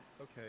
okay